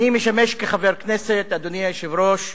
אני משמש כחבר כנסת, אדוני היושב-ראש,